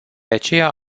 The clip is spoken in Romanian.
aceea